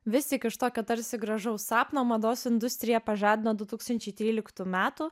vis tik iš tokio tarsi gražaus sapno mados industriją pažadino du tūkstančiai tryliktų metų